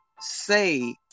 say